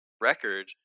record